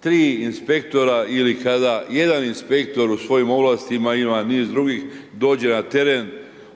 tri inspektora ili kada jedan inspektor u svojim ovlastima ima niz drugih, dođe na teren,